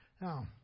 Now